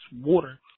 water